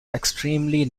extremely